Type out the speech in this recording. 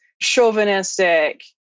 chauvinistic